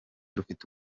rufite